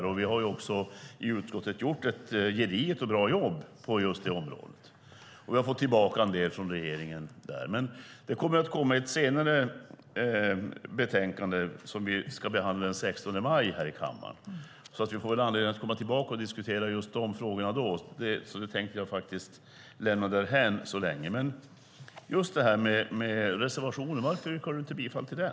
I utskottet har vi också gjort ett gediget och bra jobb på just det området och har fått tillbaka en del från regeringen där. Men det kommer i ett senare betänkande, som vi ska behandla här i kammaren den 16 maj. Vi får väl anledning att komma tillbaka och diskutera de frågorna då, så jag tänkte lämna dem därhän så länge. Men beträffande reservationen: Varför yrkar du inte bifall till den?